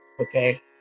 okay